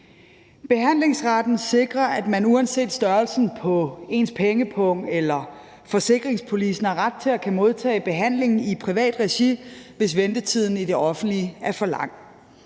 Behandlingsretten sikrer, at man uanset størrelsen på ens pengepung eller forsikringspolice har ret til at modtage behandling i privat regi, hvis ventetiden i det offentlige er for lang.